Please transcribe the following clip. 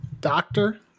doctor